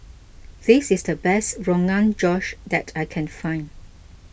this is the best Rogan Josh that I can find